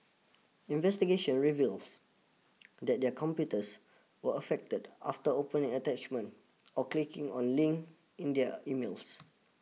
investigation reveals that their computers were affected after opening attachment or clicking on link in their emails